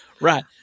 Right